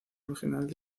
regional